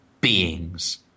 beings